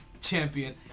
champion